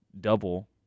double